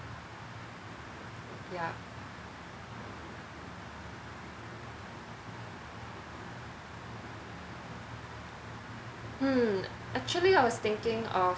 yeah hmm actually I was thinking of